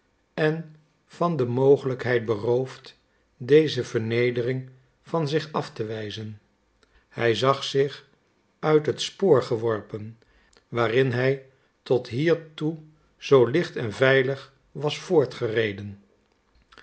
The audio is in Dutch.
en van de mogelijkheid beroofd deze vernedering van zich af te wijzen hij zag zich uit het spoor geworpen waarin hij tot hiertoe zoo licht en veilig was